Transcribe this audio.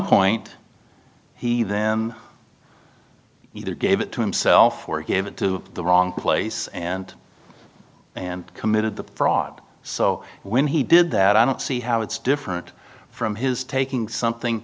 point he then either gave it to himself or gave it to the wrong place and and committed the fraud so when he did that i don't see how it's different from his taking something